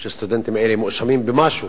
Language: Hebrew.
שסטודנטים אלה מואשמים במשהו